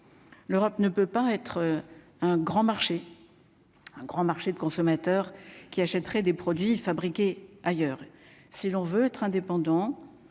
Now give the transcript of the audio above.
l'Europe ne peut pas être un grand marché, un grand marché de consommateurs qui achèteraient des produits fabriqués ailleurs, si l'on veut être indépendant,